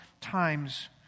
times